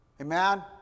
Amen